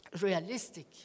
realistic